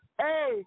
hey